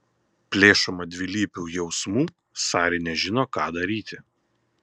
plėšoma dvilypių jausmų sari nežino ką daryti